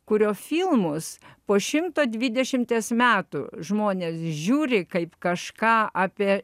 kurio filmus po šimto dvidešimties metų žmonės žiūri kaip kažką apie